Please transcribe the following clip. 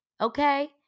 Okay